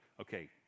Okay